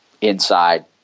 inside